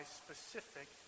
specific